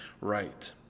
right